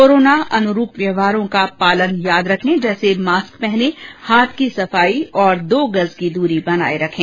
corona अनुरूप व्यवहारों का पालन याद रखें जैसे कि मास्क पहनें हाथ की सफाई और दो गज की दूरी बनाये रखें